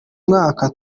mwaka